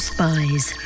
Spies